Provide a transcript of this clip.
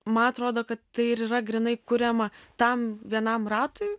man atrodo kad tai ir yra grynai kuriama tam vienam ratui